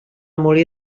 molí